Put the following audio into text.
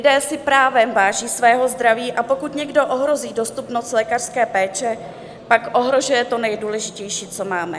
Lidé si právem váží svého zdraví, a pokud někdo ohrozí dostupnost lékařské péče, pak ohrožuje to nejdůležitější, co máme.